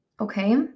Okay